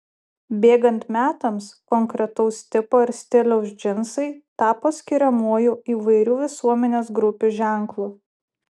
bėgant metams konkretaus tipo ir stiliaus džinsai tapo skiriamuoju įvairių visuomenės grupių ženklu